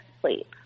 sleep